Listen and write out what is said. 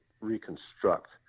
reconstruct